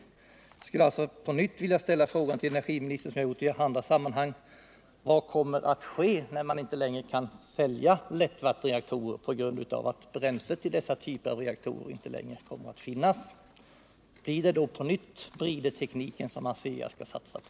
Jag skulle alltså på nytt vilja ställa den fråga till energiministern som jag har ställt i andra sammanhang: Vad kommer att ske när man inte längre kan sälja lättvattenreaktorer på grund av att bränsle till dessa reaktorer inte kommer att finnas? Blir det då på nytt bridertekniken som ASEA skall satsa på?